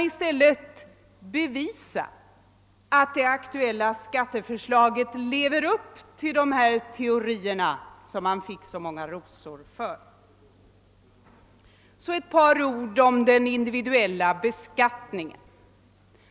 I stället bör han visa i vad mån det aktuella skatteförslaget lever upp till dessa teorier, som han fick så många rosor för. Så ett par ord om den individuella beskattningen!